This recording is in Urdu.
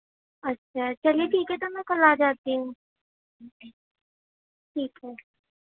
اچھا چلیے ٹھیک ہے تو میں کل آجاتی ہوں ٹھیک ہے